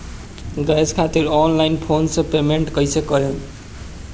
Gas खातिर online phone से payment कैसे करेम?